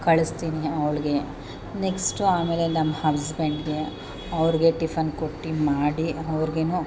ಕಳಿಸ್ತೀನಿ ಅವಳಿಗೆ ನೆಕ್ಸ್ಟು ಆಮೇಲೆ ನಮ್ಮ ಹಸ್ಬೆಂಡಿಗೆ ಅವರಿಗೆ ಟಿಫನ್ ಕೊಟ್ಟು ಮಾಡಿ ಅವ್ರಿಗೇನೋ